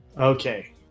Okay